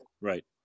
right